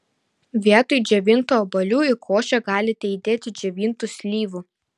vietoj džiovintų obuolių į košę galite įdėti džiovintų slyvų